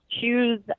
choose